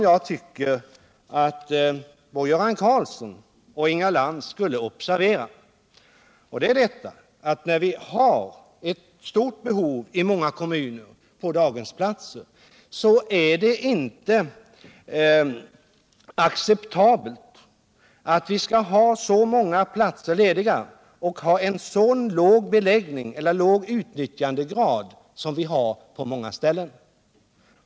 Jag tycker att både Göran Karlsson och Inga Lantz borde observera att då vi i många kommuner har ett stort behov av daghemsplatser, är det inte acceptabelt att vi har så många lediga platser, så låg utnyttjandegrad som vi har på många ställen.